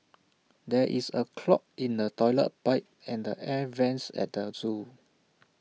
there is A clog in the Toilet Pipe and the air Vents at the Zoo